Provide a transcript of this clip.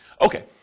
Okay